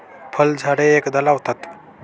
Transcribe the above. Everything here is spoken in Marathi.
फळझाडे एकदा लावतात